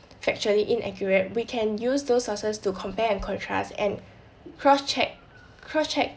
factually inaccurate we can use those sources to compare and contrast and cross check cross check